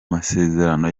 masezerano